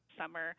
summer